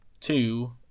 two